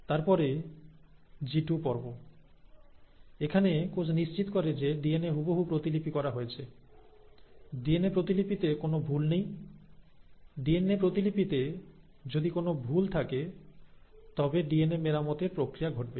তারপরে জিটু পর্ব এখানে কোষ নিশ্চিত করে যে ডিএনএ হুবহু প্রতিলিপি করা হয়েছে ডিএনএ প্রতিলিপিতে কোন ভুল নেই ডিএনএ প্রতিলিপিতে রেপ্লিকেশনে যদি কোন ভুল থাকে তবে ডিএনএ মেরামতের প্রক্রিয়া ঘটবে